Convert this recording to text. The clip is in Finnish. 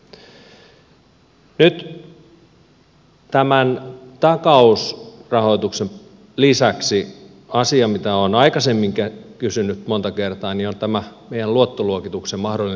nyt tämän takausrahoituksen lisäksi asia mitä olen aikaisemmin kysynyt monta kertaa on tämä meidän luottoluokituksen mahdollinen lasku